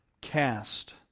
cast